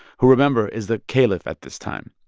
who, remember, is the caliph at this time.